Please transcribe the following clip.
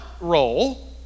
role